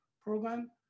program